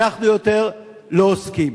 אנחנו יותר לא עוסקים?